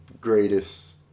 greatest